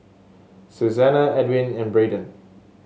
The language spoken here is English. Susanna Edwin and Braydon